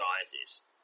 guises